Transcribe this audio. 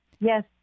Yes